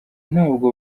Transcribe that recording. ntabwo